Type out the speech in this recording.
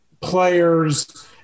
players